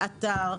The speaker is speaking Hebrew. באתר,